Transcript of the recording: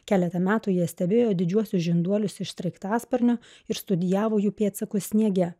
keletą metų jie stebėjo didžiuosius žinduolius iš sraigtasparnio ir studijavo jų pėdsakus sniege